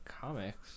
comics